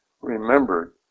remembered